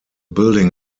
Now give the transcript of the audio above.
building